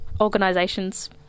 organisations